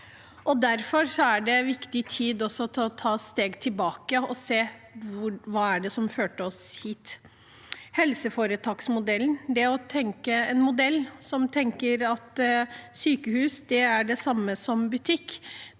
Derfor er det også riktig tid å ta et steg tilbake og se hva som førte oss hit. Helseforetaksmodellen, en modell som tenker at sykehus er det samme som butikk,